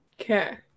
okay